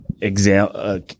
Example